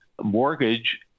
mortgage